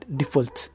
default